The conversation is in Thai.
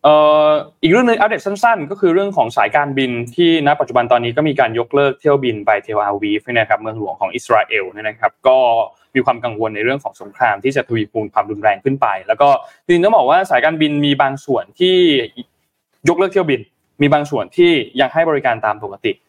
เอ่อ อีกเรื่องหนึ่งอัปเดตสั้นๆก็คือเรื่องของสายการบิน ที่ณปัจจุบันตอนนี้ก็มีการยกเลิกเที่ยวบินไปเทลอาวีฟเนี่ยนะครับ เมืองหลวงของอิสราเอลเนี่ยนะครับ ก็มีความกังวลในเรื่องของสงครามที่จะทวีคูณความรุนแรงขึ้นไป แล้วก็จริงๆต้องบอกว่าสายการบินมีบางส่วนที่ยกเลิกเที่ยวบิน มีบางส่วนที่ยังให้บริการตามปกติ